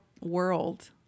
world